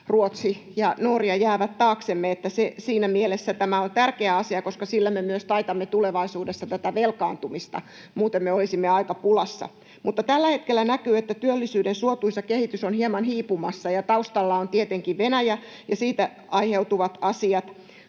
Ruotsi ja Norja jäävät taaksemme. Siinä mielessä tämä on tärkeä asia, koska sillä me myös taitamme tulevaisuudessa tätä velkaantumista. Muuten me olisimme aika pulassa. Mutta tällä hetkellä näkyy, että työllisyyden suotuisa kehitys on hieman hiipumassa, ja taustalla ovat tietenkin Venäjä ja siitä aiheutuvat asiat